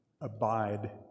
Abide